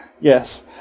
Yes